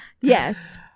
Yes